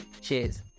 cheers